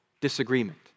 disagreement